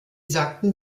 sagten